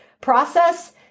process